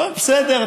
אבל בסדר,